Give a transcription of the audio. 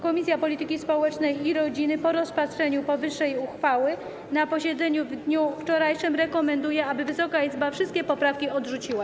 Komisja Polityki Społecznej i Rodziny po rozpatrzeniu powyższej uchwały na posiedzeniu w dniu wczorajszym rekomenduje, aby Wysoka Izba wszystkie poprawki odrzuciła.